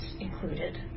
included